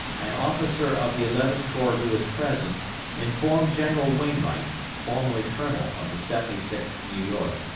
an officer of the eleventh corps who was present informed general wainwright, formerly colonel of the seventy sixth new york,